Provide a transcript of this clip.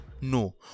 No